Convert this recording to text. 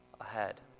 ahead